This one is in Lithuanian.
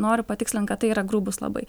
noriu patikslint kad tai yra grubūs labai